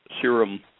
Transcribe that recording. serum